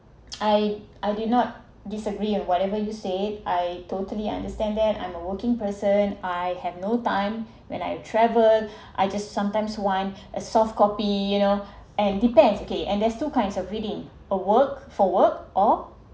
I I did not disagree or whatever you said I totally understand then I'm a working person I have no time when I travel I just sometimes want a soft copy you know and depends okay and there's two kinds of reading a work for work or